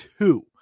two